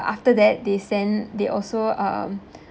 after that they sent they also um